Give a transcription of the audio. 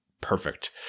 perfect